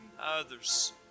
Others